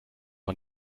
man